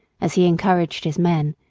as he encouraged his men,